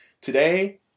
today